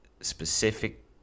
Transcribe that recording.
specific